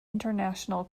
international